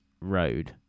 road